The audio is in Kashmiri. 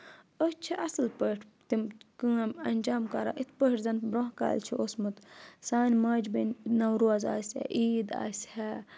أسۍ چھِ اَصٕل پٲٹھۍ تِم کٲم اَنجام کَران یِتھ پٲٹھۍ زَن برونٛہہ کالہِ چھِ اوسمُت سانہِ ماجہِ بیٚنہِ نوروز آسہِ ہا عیٖد آسہِ ہا